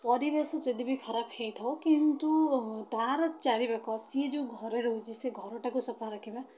ପରିବେଶ ଯଦି ବି ଖରାପ ହେଇଥାଉ କିନ୍ତୁ ତା'ର ଚାରିପାଖ ସିଏ ଯେଉଁ ଘରେ ରହୁଛି ସେ ଘରଟାକୁ ସଫା ରଖିବା